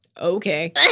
okay